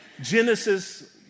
Genesis